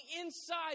inside